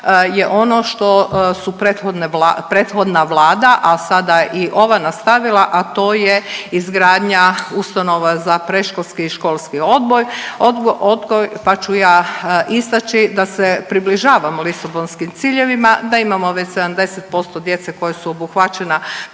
je ono što su prethodna vlada, a sada i ova nastavila, a to je izgradnja ustanova za predškolski i školski odgoj, pa ću ja istaći da se približavamo lisabonskim ciljevima, da imamo već 70% djece koja su obuhvaćena predškolskim